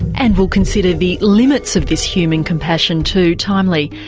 and we'll consider the limits of this human compassion, too timely,